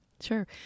sure